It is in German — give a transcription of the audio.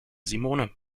simone